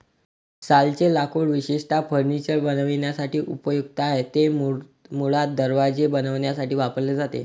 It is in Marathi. सालचे लाकूड विशेषतः फर्निचर बनवण्यासाठी उपयुक्त आहे, ते मुळात दरवाजे बनवण्यासाठी वापरले जाते